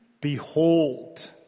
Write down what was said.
Behold